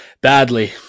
Badly